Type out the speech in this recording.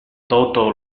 toto